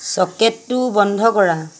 ছকেটটো বন্ধ কৰা